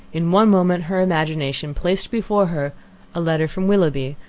in one moment her imagination placed before her a letter from willoughby,